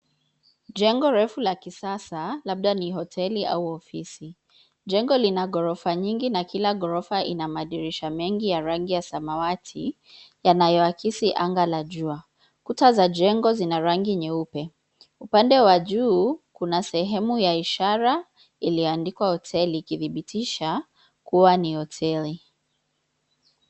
Jengo refu la kisasa labda ni hoteli au ofisi. Jengo lina gorofa nyingi na kila gorofa ina madirisha mengi ya rangi ya samawati, yanayoakisi anga la jua. Kuta za jengo zina rangi nyeupe. Upande wa juu kuna sehemu ya ishara iliyoandikwa Hotel , ikidhibitishs kuwa ni hoteli.